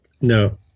No